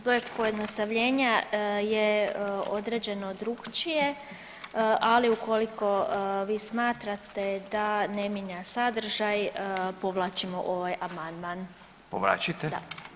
Zbog pojednostavljenja je određeno drukčije, ali ukoliko vi smatrate da ne mijenja sadržaj povlačimo ovaj amandman.